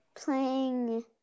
Playing